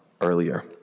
earlier